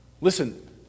listen